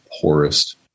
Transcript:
poorest